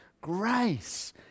Grace